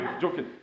joking